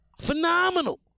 Phenomenal